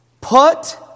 put